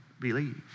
Believe